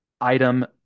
item